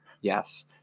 Yes